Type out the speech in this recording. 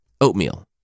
oatmeal